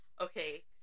okay